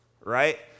right